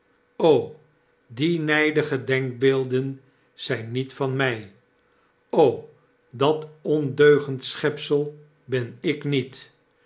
o dienijdige denkbeelden zyn niet van mij dat ondeugend schepsel ben ik niet